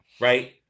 right